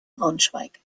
braunschweig